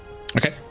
Okay